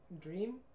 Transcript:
dream